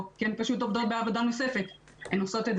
כשאין לך